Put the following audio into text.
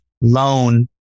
loan